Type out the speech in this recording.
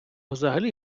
взагалі